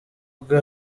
bwe